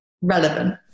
relevant